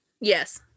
Yes